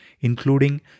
including